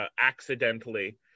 accidentally